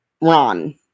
Ron